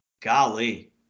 Golly